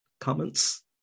comments